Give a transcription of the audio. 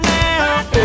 now